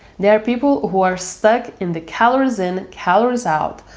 there are people who are stuck in the calories in, calories out,